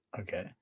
Okay